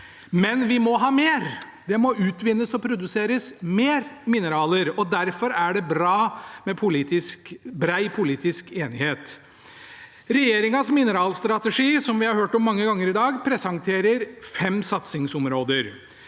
Men vi må ha mer. Det må utvinnes og produseres mer mineraler. Derfor er det bra med bred politisk enighet. Regjeringens mineralstrategi, som vi har hørt om mange ganger i dag, presenterer fem satsingsområder.